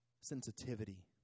sensitivity